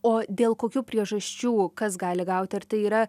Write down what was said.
o dėl kokių priežasčių kas gali gauti ar tai yra